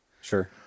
Sure